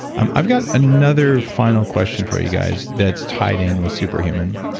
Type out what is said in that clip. i've got another final question for you guys that's tied in with super human.